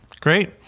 Great